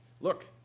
look